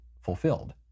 fulfilled